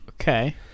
Okay